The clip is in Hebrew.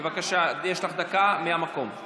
בבקשה, יש לך דקה מהמקום.